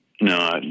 no